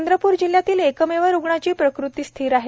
चंद्रप्र जिल्ह्यातील एकमेव रुग्णाची प्रकृती स्थिर आहे